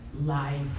life